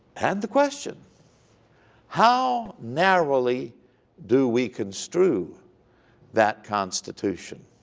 and the question how narrowly do we construe that constitution?